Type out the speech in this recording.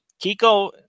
Kiko